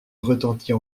retentit